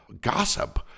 gossip